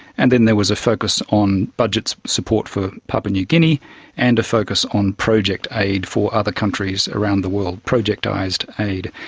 and then there was a focus on budget support for papua new guinea and a focus on project aid for other countries around the world, projectised aid.